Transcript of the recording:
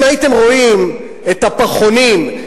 אם הייתם רואים את הפחונים,